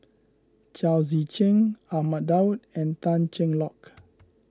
Chao Tzee Cheng Ahmad Daud and Tan Cheng Lock